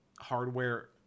hardware